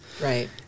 Right